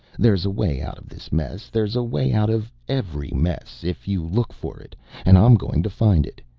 there's a way out of this mess there's a way out of every mess if you look for it and i'm going to find it.